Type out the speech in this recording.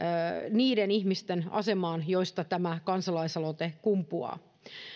niiden ihmisten asemaan joista tämä kansalaisaloite kumpuaa